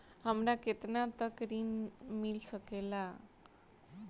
हमरा केतना तक ऋण मिल सके ला?